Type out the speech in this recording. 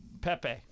Pepe